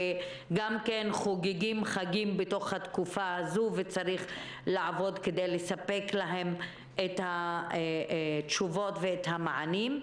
שגם כן חוגגות חגים בתקופה הזו וצריך לעבוד כדי לספק להן תשובות ומענים.